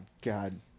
god